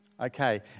Okay